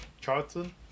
Charlton